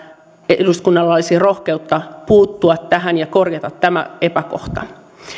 eduskunnalla olisi rohkeutta puuttua tähän ja korjata tämä epäkohta